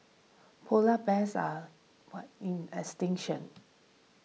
Polar Bears are what in extinction